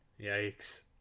yikes